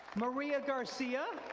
maria garcia,